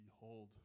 behold